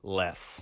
less